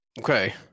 Okay